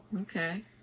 Okay